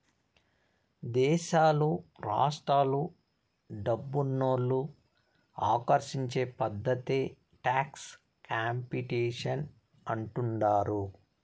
దేశాలు రాష్ట్రాలు డబ్బునోళ్ళు ఆకర్షించే పద్ధతే టాక్స్ కాంపిటీషన్ అంటుండారు